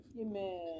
Amen